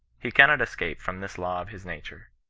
he cannot escape from this law of his nature.